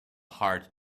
heart